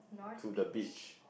to the beach